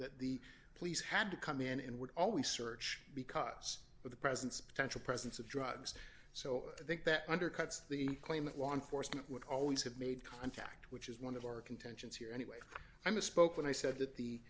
that the police had to come in and would always search because of the presence potential presence of drugs so i think that undercuts the claim that law enforcement would always have made contact which is one of our contentions here anyway i misspoke when i said that the